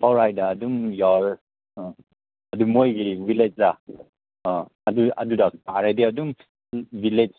ꯄꯥꯎꯔꯥꯏꯗ ꯑꯗꯨꯝ ꯌꯥꯎꯔ ꯑꯗꯨ ꯃꯣꯏꯒꯤ ꯚꯤꯂꯦꯖꯇ ꯑꯥ ꯑꯗꯨ ꯑꯗꯨꯗ ꯍꯥꯟꯅꯗꯤ ꯑꯗꯨꯝ ꯚꯤꯂꯦꯖ